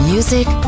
Music